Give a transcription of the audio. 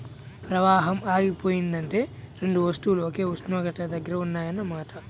ప్రవాహం ఆగిపోయిందంటే రెండు వస్తువులు ఒకే ఉష్ణోగ్రత దగ్గర ఉన్నాయన్న మాట